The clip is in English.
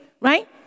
right